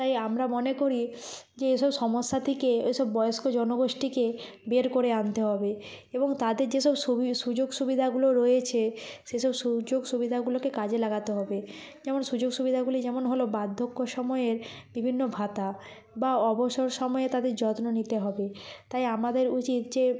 তাই আমরা মনে করি যে এই সব সমস্যা থেকে ওই সব বয়স্ক জনগোষ্ঠীকে বের করে আনতে হবে এবং তাদের যে সব সুযোগ সুবিধাগুলো রয়েছে সে সব সুযোগ সুবিধাগুলোকে কাজে লাগাতে হবে যেমন সুযোগ সুবিধাগুলি যেমন হলো বার্ধক্য সময়ের বিভিন্ন ভাতা বা অবসর সময়ে তাদের যত্ন নিতে হবে তাই আমাদের উচিত যে